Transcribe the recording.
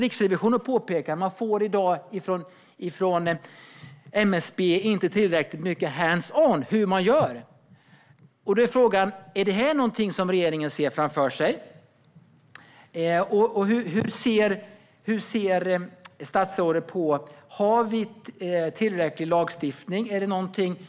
Riksrevisionen påpekade att man från MSB inte får tillräckligt mycket hands-on när det gäller hur man gör. Frågan är om detta är någonting som regeringen ser framför sig. Hur ser statsrådet på lagstiftningen - är den tillräcklig?